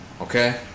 Okay